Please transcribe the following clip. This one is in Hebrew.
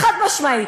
חד-משמעית,